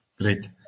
Great